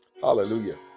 Hallelujah